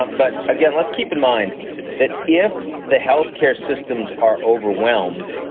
um but again, let's keep in mind that if the health care systems are overwhelmed,